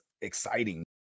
exciting